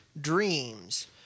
dreams